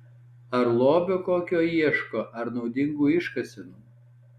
ar lobio kokio ieško ar naudingų iškasenų